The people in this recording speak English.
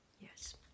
yes